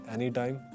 Anytime